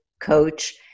coach